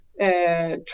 Try